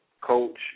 Coach